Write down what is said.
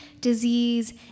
disease